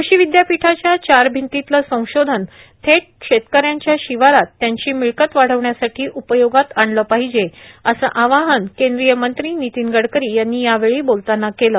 कृषि विद्यापीठाच्या चार भिंतीतला संशोधन थेट शेतकऱ्यांच्या शिवारात त्यांची मिळकत वाढवण्यासाठी उपयोगात आणलं पाहिजे असं आवाहन केंद्रीय मंत्री नितीन गडकरी यांनी यावेळी बोलतांना केलं